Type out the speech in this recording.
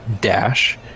dash